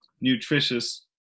nutritious